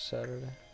Saturday